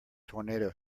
tornado